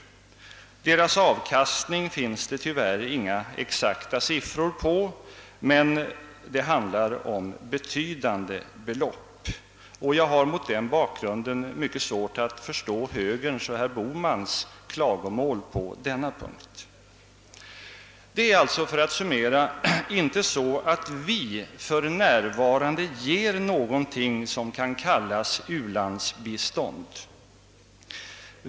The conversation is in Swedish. Deras avkastning finns det tyvärr inga exakta siffror på, men det handlar om betydande belopp. Jag har mot den bakgrunden mycket svårt att förstå högerns och herr Bohmans klagomål på denna punkt. Det är — för att summera inte så att vi för närvarande ger någonting som kan kallas ulandsbistånd.